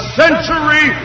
century